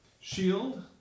shield